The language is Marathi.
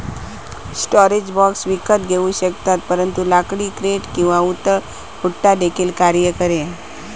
स्टोरेज बॉक्स विकत घेऊ शकतात परंतु लाकडी क्रेट किंवा उथळ पुठ्ठा देखील कार्य करेल